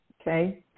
okay